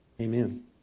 Amen